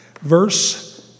verse